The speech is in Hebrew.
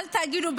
תגידו,